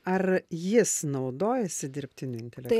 ar jis naudojasi dirbtiniu intelektu